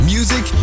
Music